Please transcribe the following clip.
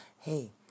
Hey